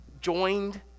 joined